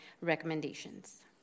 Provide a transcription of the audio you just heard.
recommendations